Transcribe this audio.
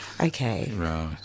okay